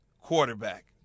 quarterback